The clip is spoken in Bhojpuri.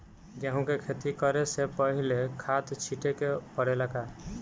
गेहू के खेती करे से पहिले खाद छिटे के परेला का?